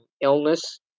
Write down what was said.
illness